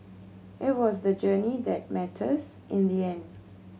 it was the journey that matters in the end